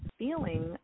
feeling